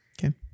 Okay